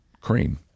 cream